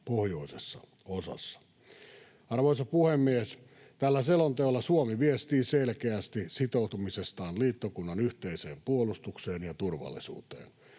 pohjoisessa osassa. Arvoisa puhemies! Tällä selonteolla Suomi viestii selkeästi sitoutumisestaan liittokunnan yhteiseen puolustukseen ja turvallisuuteen.